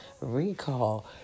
recall